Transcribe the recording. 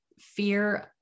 fear